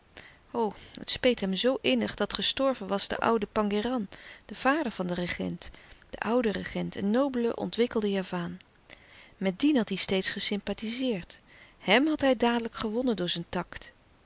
het speet hem zoo innig dat gestorven was de oude pangéran de louis couperus de stille kracht vader van den regent de oude regent een nobele ontwikkelde javaan met dien had hij steeds gesympathizeerd hem had hij dadelijk gewonnen door zijn tact